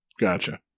Gotcha